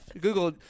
Google